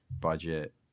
budget